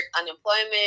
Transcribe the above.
unemployment